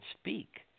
speak